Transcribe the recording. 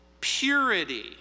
purity